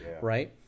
right